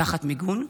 תחת מיגון?